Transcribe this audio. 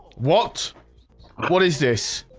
what what is this?